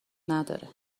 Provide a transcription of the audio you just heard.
نداره